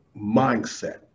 mindset